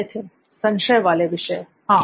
नित्थिन संशय वाले विषय हां